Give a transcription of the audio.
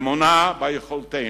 אמונה ביכולתנו,